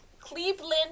Cleveland